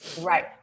Right